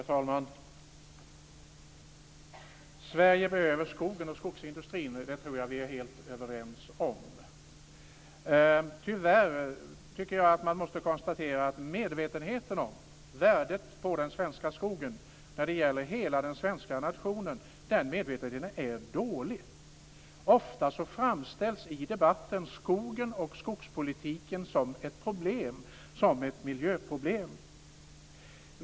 Herr talman! Sverige behöver skogen och skogsindustrin. Det tror jag att vi är helt överens om. Tyvärr måste man konstatera att medvetenheten om värdet på den svenska skogen när det gäller hela den svenska nationen är dålig. Ofta framställs skogen och skogspolitiken i debatten som ett miljöproblem.